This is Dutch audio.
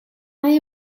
mij